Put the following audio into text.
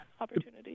opportunity